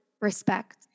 respect